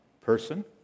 person